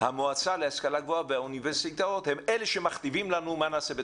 על מה שהמועצה להשכלה גבוהה והאוניברסיטאות מכתיבות לנו.